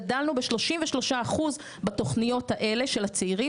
גדלנו בשלושים ושלושה אחוז בתוכניות האלה של הצעירים